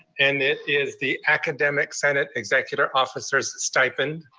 and it is the academic senate executor officer's stipend.